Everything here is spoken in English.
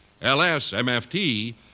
LSMFT